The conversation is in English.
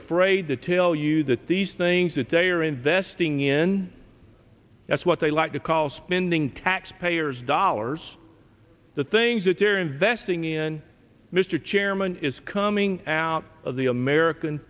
afraid to tell you that these things that they are investing in that's what they like to call spending taxpayers dollars the things that they're investing in mr chairman is coming out of the american